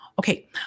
Okay